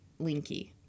Linky